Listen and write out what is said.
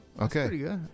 Okay